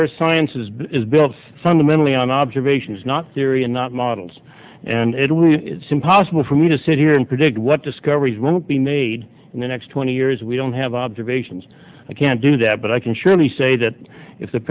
earth sciences is built fundamentally on observations not theory and not models and it was impossible for me to sit here and predict what discoveries won't be made in the next twenty years we don't have observations i can't do that but i can surely say that if the